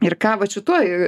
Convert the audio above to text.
ir ką vat šitoj